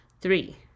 Three